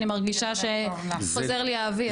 אני מרגישה שחוזר לי האוויר.